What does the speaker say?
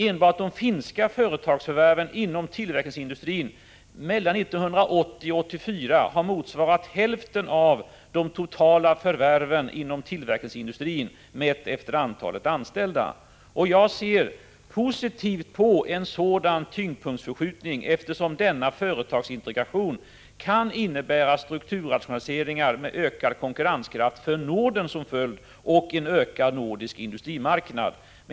Enbart de finska företagsförvärven inom tillverkningsindustrin har mellan 1980 och 1984 motsvarat hälften av de totala förvärven inom tillverkningsindustrin, mätt efter antalet anställda. Jag ser positivt på en sådan tyngdpunktsförskjutning, eftersom denna företagsintegration kan innebära strukturrationaliseringar med ökad konkurrenskraft för Norden som följd och en ökad nordisk industrimarknad.